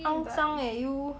肮脏 eh you